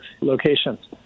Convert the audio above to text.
locations